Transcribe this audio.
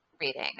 reading